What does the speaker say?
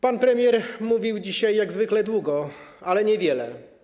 Pan premier mówił dzisiaj jak zwykle długo, ale niewiele.